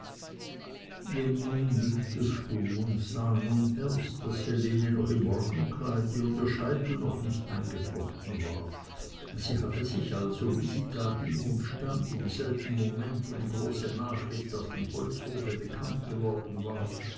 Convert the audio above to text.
jenny nickte stumm und sah nun erst daß helene noch im morgenkleide und ihr scheitel noch eingeflochten war sie hatte sich also wie sie da ging und stand im selben moment wo die große nachricht auf dem holzhofe bekannt geworden war